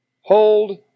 Hold